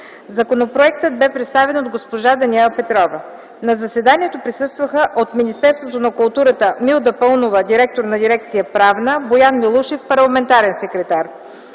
Законопроектът бе представен от госпожа Даниела Петрова. На заседанието присъстваха от: - Министерството на културата: Милда Паунова – директор на дирекция „Правна”, Боян Милушев – парламентарен секретар;